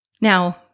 Now